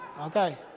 Okay